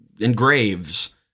engraves